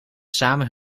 samen